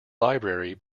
library